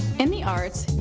in the arts,